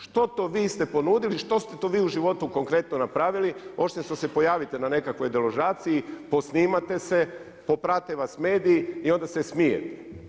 Što to vi ste ponudili, što ste to vi u životu konkretno napravili osim što se pojavite na nekakvoj deložaciji, posnimate se, poprate vas mediji i onda se smijete?